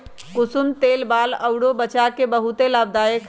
कुसुम तेल बाल अउर वचा ला बहुते लाभदायक हई